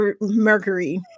Mercury